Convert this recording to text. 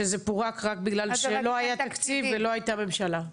שזה פורק רק בגלל שלא היה תקציב ולא הייתה ממשלה.